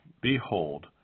behold